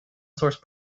source